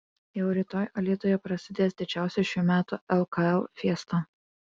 jau rytoj alytuje prasidės didžiausia šių metų lkl fiesta